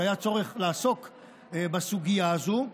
שכשהיה צורך לעסוק בסוגיה הזאת,